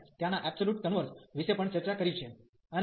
અને આપણે ત્યાંના એબ્સોલ્યુટ કન્વર્ઝ વિશે પણ ચર્ચા કરી છે